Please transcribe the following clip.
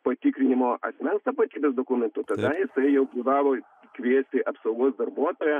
patikrinimo asmens tapatybės dokumentų tada jisai jau privalo kviesti apsaugos darbuotoją